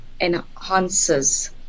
enhances